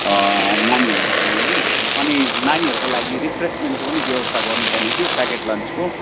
नानीहरू कुनैले अनि नानीहरूको लागि रिफ्रेस्मेन्टको पनि व्यवस्था गर्नुपर्ने थियो प्याकेट लन्चको